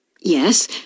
Yes